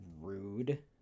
rude